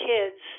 Kids